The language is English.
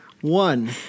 One